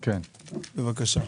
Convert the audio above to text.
בבקשה.